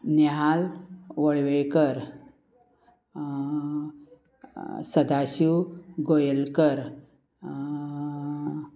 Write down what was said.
Nehal Valvaikar Sadashiv Goyelkar